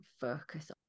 focus